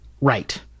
right